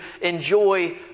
enjoy